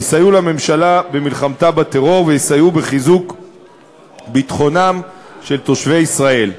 יסייעו לממשלה במלחמתה בטרור ויסייעו בחיזוק ביטחונם של תושבי ישראל.